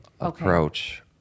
approach